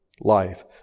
life